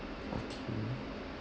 okay